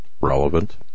relevant